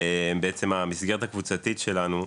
המסגרת הקבוצתית שלנו,